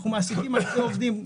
אנחנו מעסיקים אלפי עובדים,